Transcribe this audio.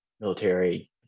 military